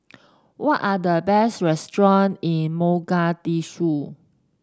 what are the best restaurant in Mogadishu